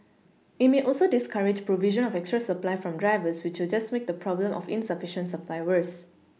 it may also discourage provision of extra supply from drivers which will just make the problem of insufficient supply worse